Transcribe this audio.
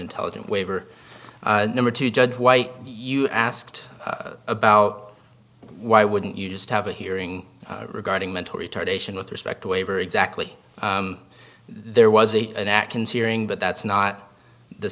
intelligent waiver number two judge white you asked about why wouldn't you just have a hearing regarding mental retardation with respect waiver exactly there was a an act in searing but that's not the